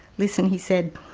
listen, he said,